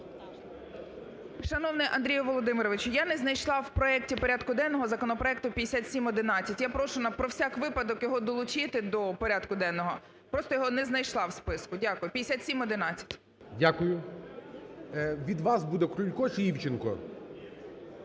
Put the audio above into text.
Шановний Андрій Володимирович, я не знайшла в проекті порядку денного законопроекту 5711. Я прошу про всяк випадок його долучити до порядку денного, просто я його не знайшла у списку. Дякую. 5711. ГОЛОВУЮЧИЙ. Дякую. Від вас буде Крулько чи Івченко?